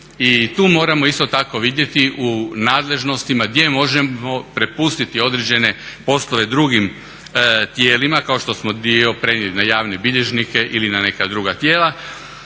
I tu moramo isto tako vidjeti u nadležnostima gdje možemo prepustiti određene poslove drugim tijelima kao što smo dio prenijeli na javne bilježnike ili na neka druga tijela